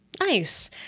Nice